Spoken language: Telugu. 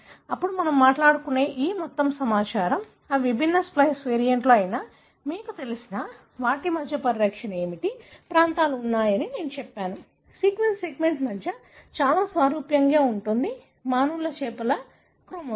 ఇప్పుడు మనం మాట్లాడే ఈ మొత్తం సమాచారం ఇవి విభిన్న స్ప్లైస్ వేరియంట్లు అయినా మీకు తెలిసినా వాటి మధ్య పరిరక్షణ ఏమిటి ప్రాంతాలు ఉన్నాయని నేను చెప్పాను సీక్వెన్స్ సెగ్మెంట్ మధ్య చాలా సారూప్యంగా ఉంటుంది మానవులతో చేపల క్రోమోజోమ్